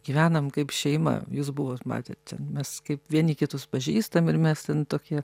gyvenam kaip šeima jūs buvot matėt ten mes kaip vieni kitus pažįstam ir mes ten tokie